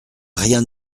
rien